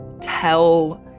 tell